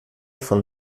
von